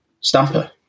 Stamper